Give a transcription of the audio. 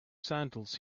sandals